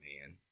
man